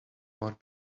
more